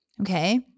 Okay